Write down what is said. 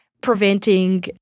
preventing